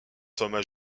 thomas